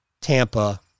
Tampa